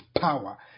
power